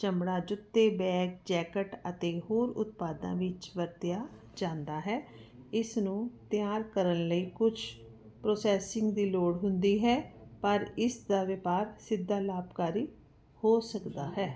ਚਮੜਾ ਜੁੱਤੇ bag jacket ਅਤੇ ਹੋਰ ਉਤਪਾਦਾਂ ਵਿੱਚ ਵਰਤਿਆ ਜਾਂਦਾ ਹੈ ਇਸ ਨੂੰ ਤਿਆਰ ਕਰਨ ਲਈ ਕੁਝ ਪ੍ਰੋਸੈਸਿੰਗ ਦੀ ਲੋੜ ਹੁੰਦੀ ਹੈ ਪਰ ਇਸ ਦਾ ਵਿਭਾਗ ਸਿੱਧਾ ਲਾਭਕਾਰੀ ਹੋ ਸਕਦਾ ਹੈ